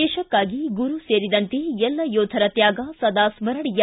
ದೇಶಕ್ಕಾಗಿ ಗುರು ಸೇರಿದಂತೆ ಎಲ್ಲ ಯೋಧರ ತ್ಯಾಗ ಸದಾ ಸ್ಕರಣೀಯ